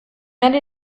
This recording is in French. allée